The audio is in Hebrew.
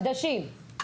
חדשים.